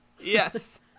yes